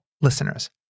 listeners